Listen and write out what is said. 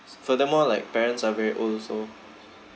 s~ furthermore like parents are very old also